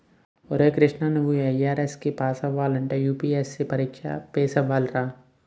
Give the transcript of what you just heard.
ఒరే కృష్ణా నువ్వు ఐ.ఆర్.ఎస్ కి ఎంపికవ్వాలంటే యూ.పి.ఎస్.సి పరీక్ష పేసవ్వాలిరా